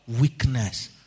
weakness